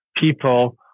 people